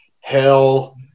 hell